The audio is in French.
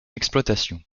exploitation